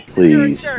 Please